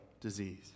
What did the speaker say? disease